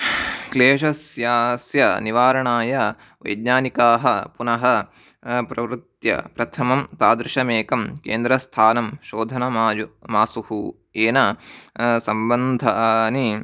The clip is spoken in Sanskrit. क्लेशस्यास्य निवारणाय वैज्ञानिकाः पुनः प्रवृत्त्य प्रथमं तादृशमेकं केन्द्रस्थानं शोधनमासुः येन सम्बन्धानि